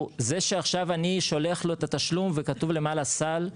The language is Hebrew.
זה שעכשיו אני שולח לו את התשלום וכתוב למעלה סל,